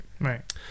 Right